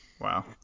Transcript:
Wow